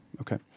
Okay